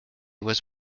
was